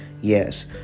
Yes